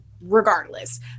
regardless